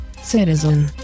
citizen